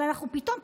אבל אנחנו פתאום,